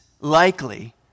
likely